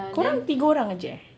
korang tiga orang aje eh